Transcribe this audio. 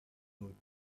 brought